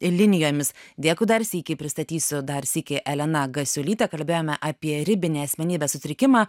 linijomis dėkui dar sykį pristatysiu dar sykį elena gasiulytė kalbėjome apie ribinį asmenybės sutrikimą